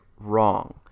wrong